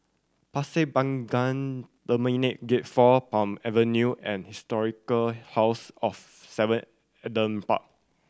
Pasir Panjang Terminal Gate Four Palm Avenue and Historic House of Seven Adam Park